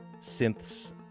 synths